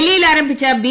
ഡൽഹിയിൽ ആരംഭിച്ച ബി